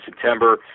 September